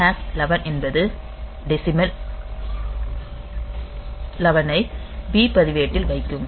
MOV B11 என்பது decimal 11 ஐ B பதிவேட்டில் வைக்கும்